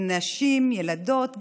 בילדות,